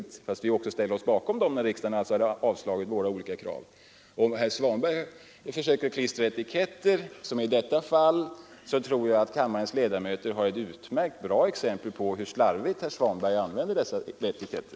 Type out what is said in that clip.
Redan i voteringen förra året ställde vi oss bakom den när väl riksdagen hade avslagit våra krav. Herr Svanberg försöker klistra etiketter och därmed fick kammarens ledamöter ett utmärkt exempel på hur slarvigt herr